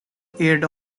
aired